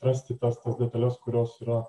rasti tas detales kurios yra